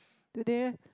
today